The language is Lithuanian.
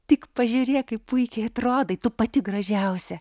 tik pažiūrėk kaip puikiai atrodai tu pati gražiausia